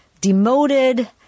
demoted